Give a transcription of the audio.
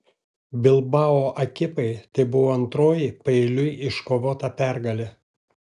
bilbao ekipai tai buvo antroji paeiliui iškovota pergalė